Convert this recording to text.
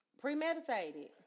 Premeditated